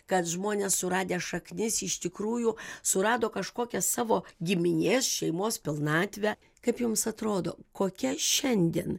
kad žmonės suradę šaknis iš tikrųjų surado kažkokią savo giminės šeimos pilnatvę kaip jums atrodo kokia šiandien